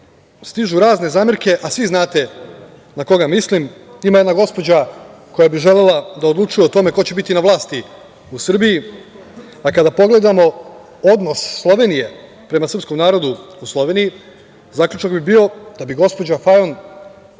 stižu razne zamerke, a svi znate na koga mislim, ima jedna gospođa koja bi želela da odlučuje o tome ko će biti na vlasti u Srbiji, a kada pogledamo odnos Slovenije prema srpskom narodu u Sloveniji, zaključak bi bio da bi gospođa Fajon trebala